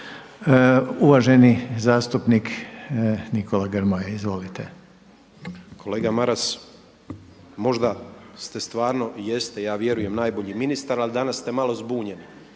uvaženi zastupnik Nikola Grmoja. Izvolite. **Grmoja, Nikola (MOST)** Kolega Maras, možda ste stvarno i jeste i ja vjerujem najbolji ministar, ali danas ste malo zbunjeni.